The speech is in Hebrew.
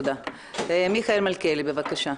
מיכאל מלכיאלי, בבקשה.